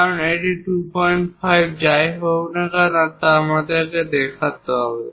কারণ এটি 25 যাই হোক আমাদের দেখাতে হবে